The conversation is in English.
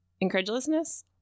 incredulousness